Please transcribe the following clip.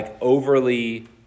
overly